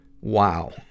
Wow